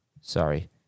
Sorry